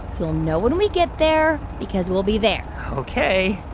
you'll know when we get there because we'll be there ok.